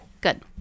Good